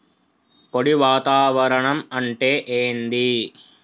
పొడి వాతావరణం అంటే ఏంది?